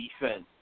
defense